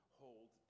hold